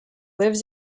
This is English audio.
lives